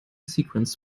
sequence